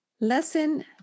Lesson